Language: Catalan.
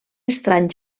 estrany